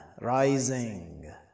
rising